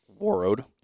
Warroad